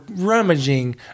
rummaging